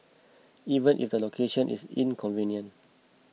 even if the location is inconvenient